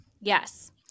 Yes